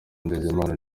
nsengimana